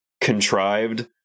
contrived